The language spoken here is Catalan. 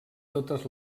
totes